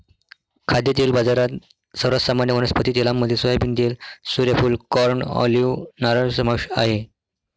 खाद्यतेल बाजारात, सर्वात सामान्य वनस्पती तेलांमध्ये सोयाबीन तेल, सूर्यफूल, कॉर्न, ऑलिव्ह, नारळ समावेश आहे